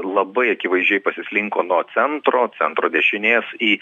labai akivaizdžiai pasislinko nuo centro centro dešinės į